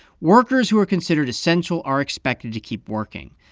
workers who are considered essential are expected to keep working.